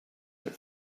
out